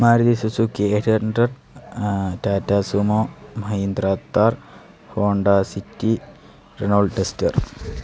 Maruti Suzuki eight hundred Tata sumo Mahindra Thar Honda city Renault duster